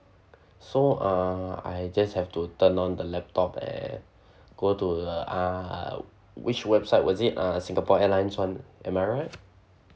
so uh I just have to turn on the laptop and go to the uh which website was it uh singapore airlines [one] am I right